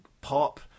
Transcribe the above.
pop